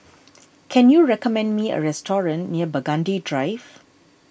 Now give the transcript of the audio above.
can you recommend me a restaurant near Burgundy Drive